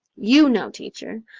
you know, teacher.